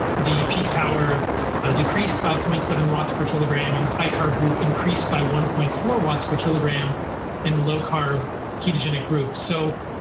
the peak power decreased by zero point seven watts per kilogram and the high carb group increased by one point four watts per kilogram in the low carb ketogenic group. so